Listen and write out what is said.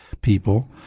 people